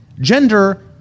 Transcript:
Gender-